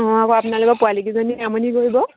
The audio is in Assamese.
অঁ আকৌ আপোনালোকৰ পোৱালি কেইজনী আমনি কৰিব